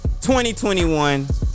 2021